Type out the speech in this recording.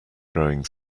growing